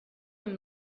them